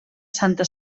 santa